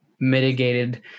mitigated